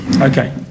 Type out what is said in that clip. Okay